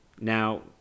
Now